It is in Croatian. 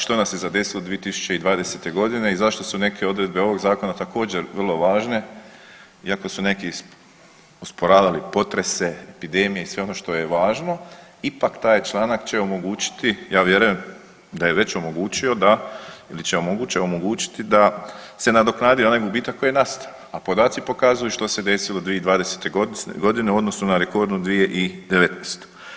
Što nas je zadesilo 2020.g. i zašto su neke odredbe ovog zakona također vrlo važne iako su neki osporavali potrese, epidemije i sve ono što je važno ipak taj članak će omogućiti, ja vjerujem da je već omogućio da ili će omogućiti da se nadoknadi onaj gubitak koji je nastao, a podaci pokazuju što se desilo 2020.g. u odnosu na rekordnu 2019.